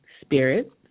spirit